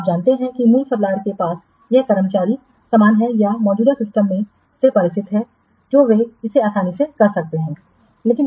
तो आप जानते हैं कि मूल सप्लायरके पास यह कर्मचारी समान है या मौजूदा सिस्टमसे परिचित है जो वे इसे आसानी से कर सकते हैं